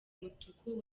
umutuku